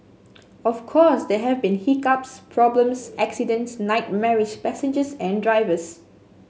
of course there have been hiccups problems accidents nightmarish passengers and drivers